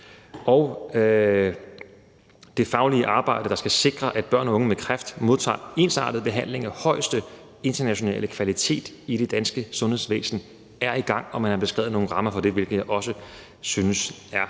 Det faglige arbejde, som skal sikre, at børn og unge med kræft modtager ensartet behandling af højeste internationale kvalitet i det danske sundhedsvæsen, er i gang, og man har beskrevet nogle rammer for det, hvilket jeg også synes er